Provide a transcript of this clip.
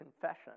confession